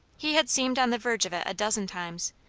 he had seemed on the verge of it a dozen times,